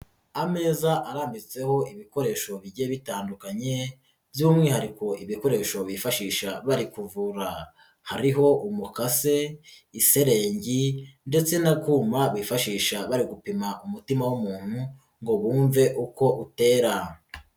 Ameza arambitseho ibikoresho bijyiye bitandukanye by'umwihariko ibikoresho bifashisha bari kuvura, hariho umukase, iselegi ndetse n'akuma bifashisha bari gupima umutima w'umuntu ngo bumve uko utera.